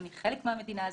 אני חלק מהמדינה הזאת,